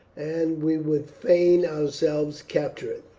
and we would fain ourselves capture it.